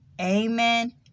Amen